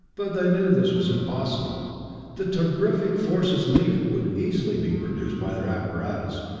but they knew this was impossible the terrific forces needed would easily be produced by their apparatus,